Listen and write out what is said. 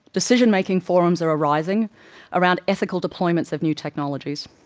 decision-making forums are arising around ethical deployment of new technologies.